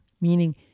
meaning